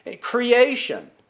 creation